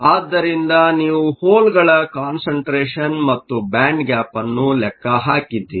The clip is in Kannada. ಆದ್ದರಿಂದ ನೀವು ಹೋಲ್ಗಳ ಕಾನ್ಸಂಟ್ರೇಷನ್ ಮತ್ತು ಬ್ಯಾಂಡ್ ಗ್ಯಾಪ್ ಅನ್ನು ಲೆಕ್ಕ ಹಾಕಿದ್ದೀರಿ